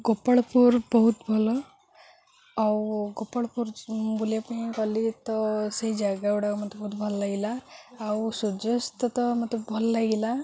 ଗୋପାଳପୁର ବହୁତ ଭଲ ଆଉ ଗୋପାଳପୁର ବୁଲିବା ପାଇଁ ଗଲି ତ ସେଇ ଜାଗା ଗୁଡ଼ାକ ମତେ ବହୁତ ଭଲ ଲାଗିଲା ଆଉ ସୂର୍ଯ୍ୟସ୍ତ ତ ମତେ ଭଲ ଲାଗିଲା